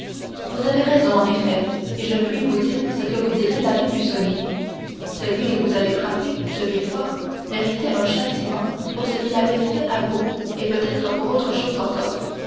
vous avez raison en effet et je puis vous dire ce que vous dirait l'abbé busoni celui que vous avez frappé ce villefort méritait un châtiment pour ce qu'il avait fait à vous et peut-être pour autre chose encore